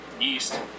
yeast